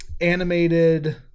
animated